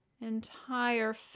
entire